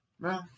No